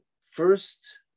first